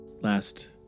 last